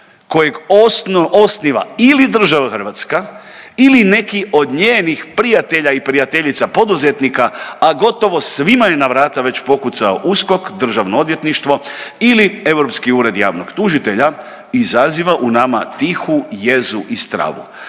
kojeg osniva ili država Hrvatska ili neki od njenih prijatelja i prijateljica poduzetnika, a gotovo svima je na vrata već pokucao USKOK, Državno odvjetništvo ili Europski ured javnog tužitelja, izaziva u nama tihu jezu i stravu.